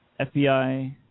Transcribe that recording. FBI